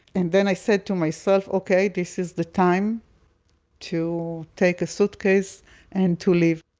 and then i said to myself, ok, this is the time to take a suitcase and to leave.